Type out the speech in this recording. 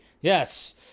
Yes